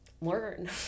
learn